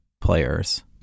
players